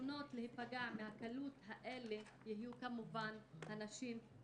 הראשונות להיפגע מההקלות האלה יהיו כמובן הנשים.